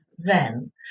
Zen